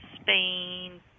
Spain